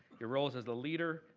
your roles as the leader,